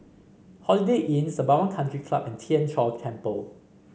Holiday Inn Sembawang Country Club and Tien Chor Temple